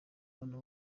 abantu